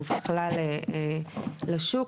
ובכלל לשוק.